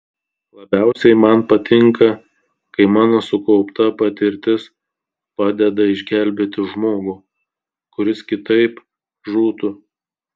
labiausiai man patinka kai mano sukaupta patirtis padeda išgelbėti žmogų kuris kitaip žūtų